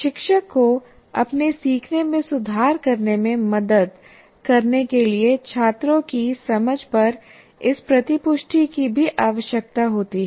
शिक्षक को अपने सीखने में सुधार करने में मदद करने के लिए छात्रों की समझ पर इस प्रतिपुष्टि की भी आवश्यकता होती है